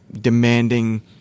demanding